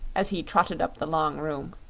as he trotted up the long room.